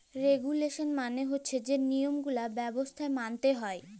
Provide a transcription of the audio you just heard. regulation মালে হছে যে লিয়মগুলা ব্যবছায় মাইলতে হ্যয়